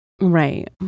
right